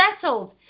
settled